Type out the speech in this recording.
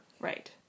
Right